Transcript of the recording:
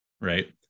right